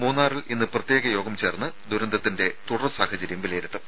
മൂന്നാർ ഇന്ന് പ്രത്യേക യോഗം ചേർന്ന് ദുരന്തത്തിന്റെ തുടർ സാഹചര്യം വിലയിരുത്തും